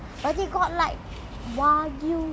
but it's it's human meat